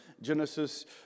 Genesis